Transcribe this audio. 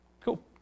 Cool